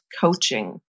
coaching